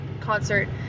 concert